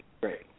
great